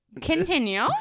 continue